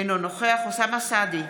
אינו נוכח אוסאמה סעדי,